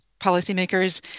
policymakers